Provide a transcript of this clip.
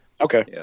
Okay